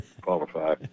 qualify